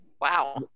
wow